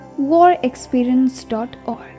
WarExperience.org